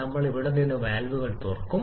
നമ്മൾ ഇവിടെ നിന്ന് വാൽവുകൾ തുറക്കും